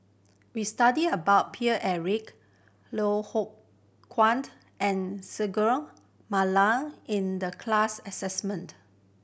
we studied about Paine Eric Loh Hoong Kwaned and Singai Mukilan in the class assessment